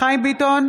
חיים ביטון,